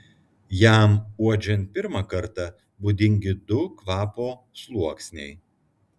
jam uodžiant pirmą kartą būdingi du kvapo sluoksniai